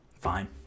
fine